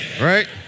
Right